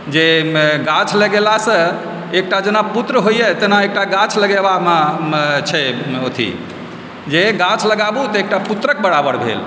जे गाछ लगेलासँ एकटा जेना पुत्र होइए तेना एकटा गाछ लगेबामे छै अथि जे गाछ लगाबुँ तऽ एकटा पुत्रक बराबर भेल